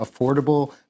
affordable